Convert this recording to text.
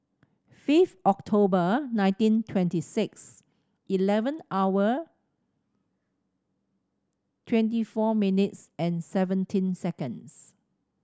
fifth October nineteen twenty six eleven hour twenty four minutes and seventeen seconds